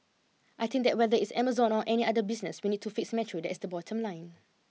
I think that whether it's Amazon or any other business we need to fix metro that is the bottom line